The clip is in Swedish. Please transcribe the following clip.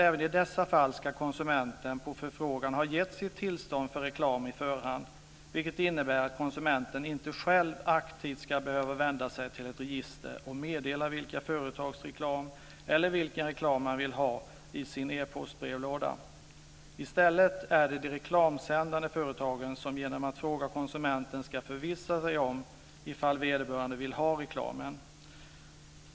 Även i dessa fall ska alltså konsumenten på förfrågan ha gett sitt tillstånd för reklam i förhand, vilket innebär att konsumenten inte själv aktivt ska behöva vända sig till ett register och meddela vilka företags reklam eller vilken reklam man vill ha i sin e-postbrevlåda. I stället är det de reklamsändande företagen som genom att fråga konsumenten ska förvissa sig om ifall vederbörande vill ha reklamen.